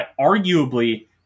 arguably